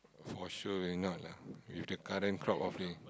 for sure will not lah with the current crowd